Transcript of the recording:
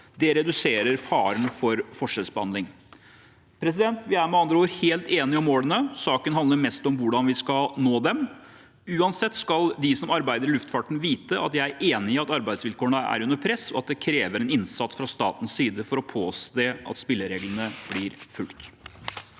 Det reduserer faren for forskjellsbehandling. Vi er med andre ord helt enige om målene. Saken handler mest om hvordan vi skal nå dem. Uansett skal de som arbeider i luftfarten, vite at jeg er enig i at arbeidsvilkårene er under press, og at det krever en innsats fra statens side å påse at spillereglene blir fulgt.